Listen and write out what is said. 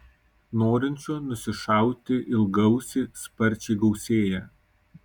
norinčių nusišauti ilgaausį sparčiai gausėja